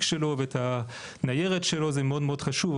שלו ואת הניירת שלו זה מאוד מאוד חשוב,